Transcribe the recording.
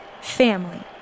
Family